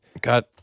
got